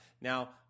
Now